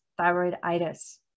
thyroiditis